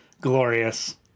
glorious